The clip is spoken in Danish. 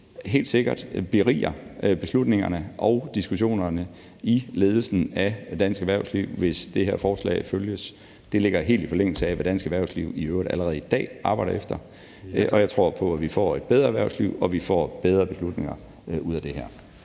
helt sikkert beriger beslutningerne og diskussionerne i ledelsen af dansk erhvervsliv, hvis det her forslag følges. Det ligger helt i forlængelse af, hvad dansk erhvervsliv i øvrigt allerede i dag arbejder efter. Og jeg tror på, at vi får et bedre erhvervsliv og får bedre beslutninger ud af det her.